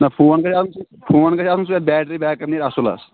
نہ فون گژھِ آسُن سُہ فون گژھِ آسُن سُہ یَتھ بَیٹٕرِی بَیک اَپ نَیرِ اَصٕل حظ